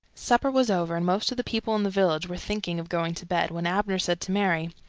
supper was over, and most of the people in the village were thinking of going to bed, when abner said to mary,